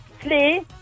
Please